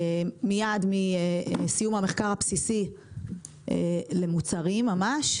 מייד מסיום המחקר הבסיסי למוצרים ממש,